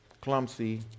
clumsy